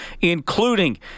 including